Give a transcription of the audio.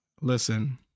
listen